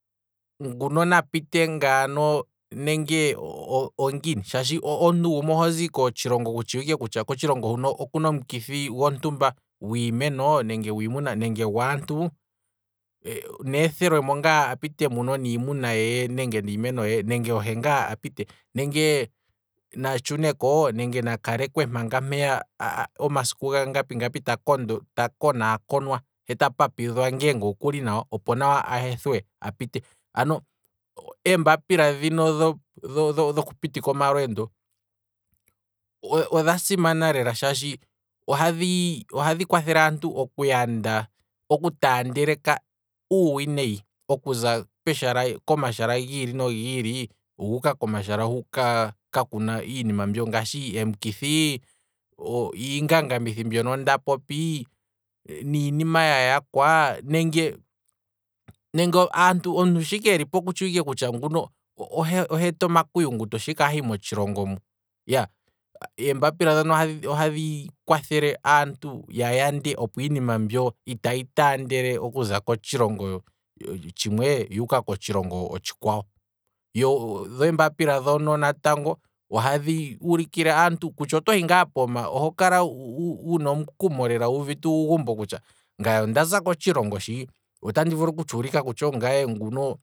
Nguno na pite ngaano nenge ongiini, shaashi omuntu ohozi kotshilongo ku tshiwike nawa kutya okuna omukithi gontumba gwiimeno nenge gwaantu, neethelwemo ngaa apite niimuna ye nenge ohe ngaa a pite, nenge natshuneko nenge na kalekwe manga omasiku gontumba lwaampeya ta konaakonwa, he t papidhwa ngeenge okuli nawa, opo ne a hethwe a pite, ano eembapila dhino dho- dhoku pitika omalweendo odha simana lela shaashi ohadhi kwathele aantu okuyanda oku taandeleka uuwinayi, okuza peshala, pomashala giili nogiili, guuka komshala hu kakuna iinima mbyo ngaashi em'kithi, iingangamithi mbyono nda popi, niinima ya yakwa, nenge aantu, omuntu shi ike elipo oku tshiwike kutya nguka oheeta omaku yunguto shiike ahi motshilongo mo, eembapila ohadhi kwathele opo aantu ya yande iinima mbyono oku taandela okuza kotshilongo tshimwe dhuuka kotshilongo otshikwawo, dho eembapila dhono ohadhi kwathele aantu kutya otohi ngaa pooma, oho kala wuna omukumo lela wuuvite uugumbo kutya ngaye ondaza kotshilongo